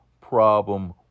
problem